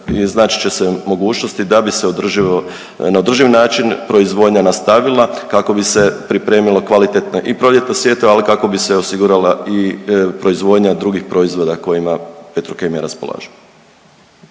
iznaći će se mogućnosti da bi se na održiv način proizvodnja nastavila kako bi se pripremila kvalitetna i proljetna sjetva, ali i kako bi se osigurala proizvodnja drugih proizvoda kojima Petrokemija raspolaže.